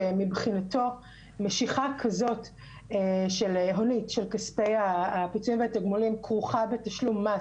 שמבחינתו משיכה כזאת הונית של כספי הפיצויים והתגמולים כרוכה בתשלום מס